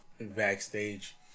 Backstage